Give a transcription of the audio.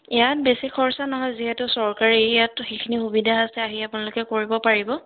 ইয়াত বেছি খৰচা নহয় যিহেতু চৰকাৰী ইয়াতটো সেইখিনি সুবিধা আছে আহি আপোনালোকে কৰিব পাৰিব